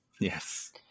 Yes